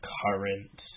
current